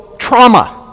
trauma